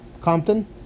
Compton